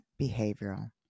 behavioral